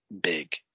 big